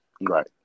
Right